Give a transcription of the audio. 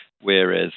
whereas